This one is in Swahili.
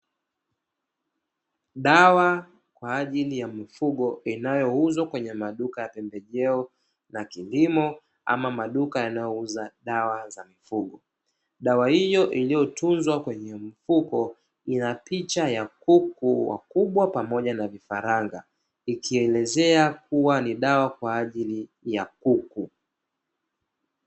Dawa kwa ajili ya mifugo inayouzwa kwenye maduka ya pembejeo za kilimo ama maduka yanayouza dawa za mifugo. Dawa hiyo iliyotunzwa kwenye mfuko ina picha ya kuku wakubwa pamoja na vifaranga ikielezea kuwa ni dawa kwa ajili ya kuku.